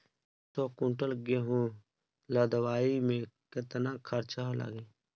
एक सौ कुंटल गेहूं लदवाई में केतना खर्चा लागी?